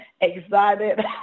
excited